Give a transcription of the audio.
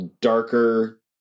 darker